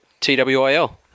TWIL